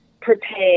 prepare